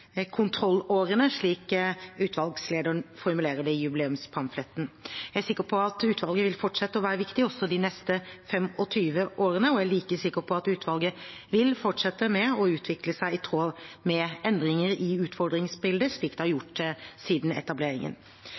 slik utvalgslederen formulerer det i jubileumspamfletten. Jeg er sikker på at utvalget vil fortsette å være viktig også de neste 25 årene, og er like sikker på at utvalget vil fortsette å utvikle seg i tråd med endringer i utfordringsbildet, slik det har gjort siden etableringen.